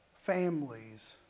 families